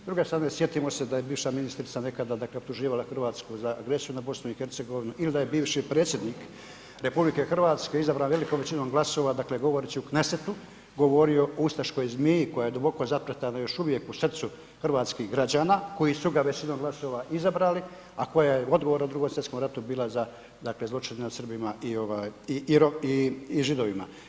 S druge strane sjetimo se da je bivša ministrica nekada dakle optuživala Hrvatsku za agresiju na BiH ili da je bivši predsjednik RH izabran velikom većinom glasova dakle govoreći u Knessetu govorio o ustaškoj zmiji koja je duboko zapletena još uvijek u srcu hrvatskih građana koji su ga većinom glasova izabrali, a koja je odgovor u Drugom svjetskom ratu bila za dakle zločine nad Srbima i ovaj i Židovima.